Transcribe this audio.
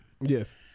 yes